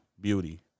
beauty